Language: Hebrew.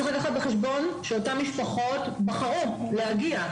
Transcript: צריך לקחת בחשבון שאותן משפחות בחרו להגיע.